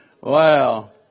Wow